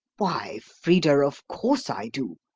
why, frida of course i do,